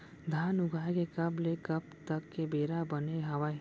धान उगाए के कब ले कब तक के बेरा बने हावय?